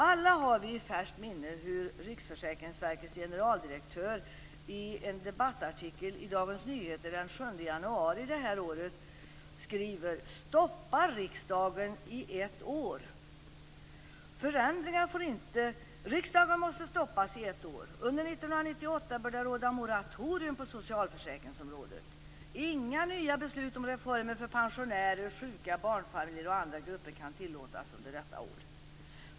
Alla har vi i färskt minne hur Riksförsäkringsverkets generaldirektör i en debattartikel i Dagens Nyheter den 7 januari detta år skrev: "Stoppa riksdagen i ett år! Riksdagen måste stoppas i ett år. Under 1998 bör det råda moratorium på socialförsäkringsområdet. Inga nya beslut om reformer för pensionärer, sjuka, barnfamiljer och andra grupper kan tillåtas under detta år.